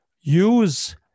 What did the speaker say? use